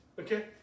Okay